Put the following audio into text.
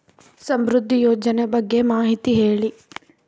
ಸಮೃದ್ಧಿ ಯೋಜನೆ ಬಗ್ಗೆ ಮಾಹಿತಿ ಹೇಳಿ?